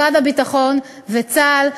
משרד הביטחון וצה"ל,